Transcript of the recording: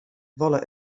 wolle